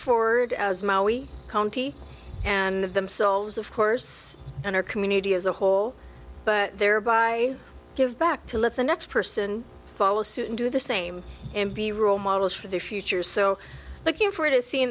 forward as county and of themselves of course and our community as a whole but thereby give back to let the next person follow suit and do the same and be role models for the future so looking for it is seeing